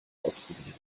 ausprobieren